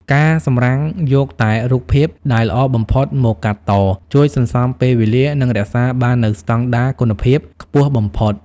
ការសម្រាំងយកតែរូបភាពដែលល្អបំផុតមកកាត់ត ជួយសន្សំពេលវេលា និងរក្សាបាននូវស្តង់ដារគុណភាពខ្ពស់បំផុត។